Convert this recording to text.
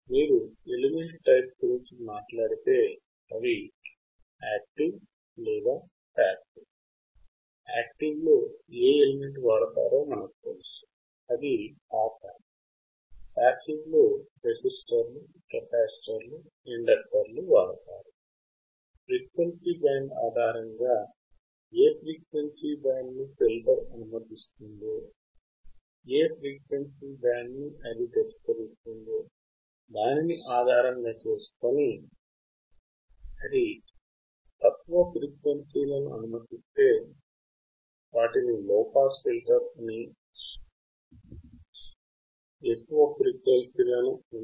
కాబట్టి లోపాస్ ఫిల్టర్లు అంటే ఏమిటి